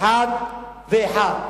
אחד ואחד,